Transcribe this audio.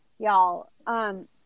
Y'all